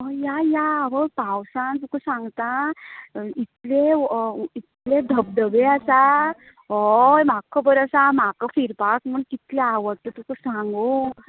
या या पावसान तुका सांगता इतले व इतले धबधबे आसा होय म्हाक खबर आसा म्हाका फिरपा म्हण कितले आवटा तुका सांगू